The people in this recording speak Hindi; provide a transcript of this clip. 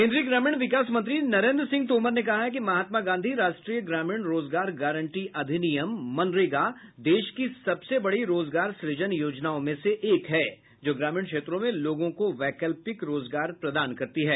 केंद्रीय ग्रामीण विकास मंत्री नरेन्द्र सिंह तोमर ने कहा है कि महात्मा गांधी राष्ट्रीय ग्रामीण रोजगार गारंटी अधिनियम मनरेगा देश की सबसे बड़ी रोजगार सुजन योजनाओं में से एक है जो ग्रामीण क्षेत्रों में लोगों को वैकल्पिक रोजगार प्रदान करती है